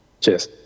Cheers